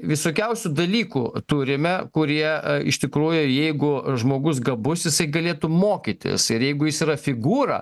visokiausių dalykų turime kurie iš tikrųjų jeigu žmogus gabus jisai galėtų mokytis ir jeigu jis yra figūra